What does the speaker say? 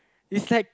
it's like